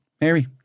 Mary